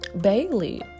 bailey